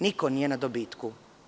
Niko nije na gubitku.